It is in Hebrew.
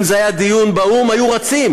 אם זה היה דיון באו"ם, היו רצים,